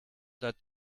that